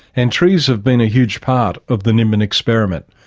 and trees have been a huge part of the nimbin experiment.